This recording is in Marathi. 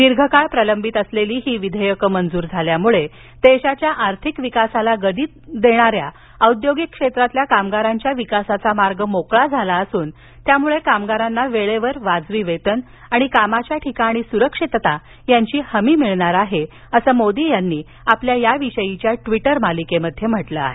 दीर्घकाळ प्रलंबित असलेली ही विधेयकं मंजूर झाल्यामुळे देशाच्या आर्थिक विकासाला गती देणाऱ्या औद्योगिक क्षेत्रातील कामगारांच्या विकासाचा मार्ग मोकळा झाला असून त्यामुळे कामगारांना वेळेवर वाजवी वेतन आणि कामाच्या ठिकाणी सुरक्षितता यांची हमी मिळणार आहे असं मोदी यांनी आपल्या या विषयीच्या ट्वीटर मालिकेमध्ये म्हटलं आहे